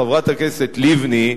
חברת הכנסת לבני,